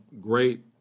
great –